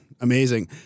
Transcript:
Amazing